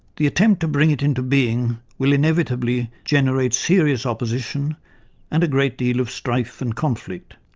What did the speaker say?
the attempt to bring it into being will inevitably generate serious opposition and a great deal of strife and conflict.